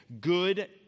good